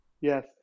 Yes